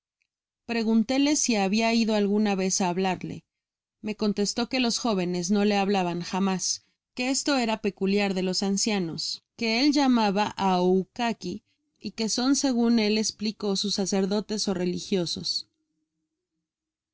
preguntóle si habia ido alguna vez á hablarle me contestó que los jóvenes no le hablaban jamás queesto era peculiar de los ancianos que él llamaba ouokaki y que son segun él esplicó sus sacerdotes ó religiosos